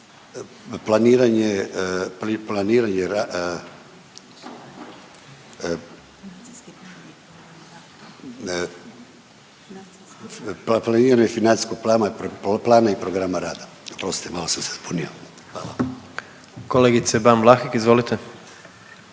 planiranju financijskog plana i programa rada. Oprostite, malo sam se zbunio. Hvala. **Jandroković,